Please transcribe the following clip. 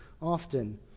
often